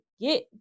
get